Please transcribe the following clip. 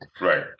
Right